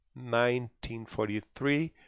1943